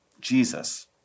Jesus